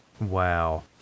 Wow